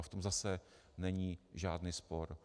V tom zase není žádný spor.